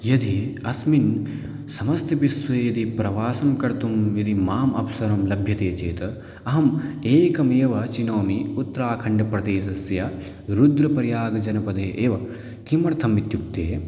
यदि अस्मिन् समस्तिभिः स्वीयति प्रवासं कर्तुं यदि माम् अवसरं लभ्यते चेत् अहम् एकमेव चिनोमि उत्तराखण्डप्रदेशस्य रुद्रप्रयागजनपदे एव किमर्थम् इत्युक्ते